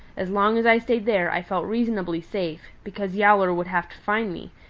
as long as i stayed there i felt reasonably safe, because yowler would have to find me,